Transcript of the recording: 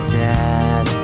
dad